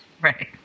Right